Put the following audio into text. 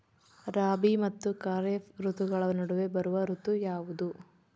ರಾಬಿ ಮತ್ತು ಖಾರೇಫ್ ಋತುಗಳ ನಡುವೆ ಬರುವ ಋತು ಯಾವುದು?